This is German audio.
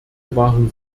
waren